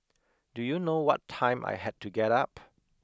do you know what time I had to get up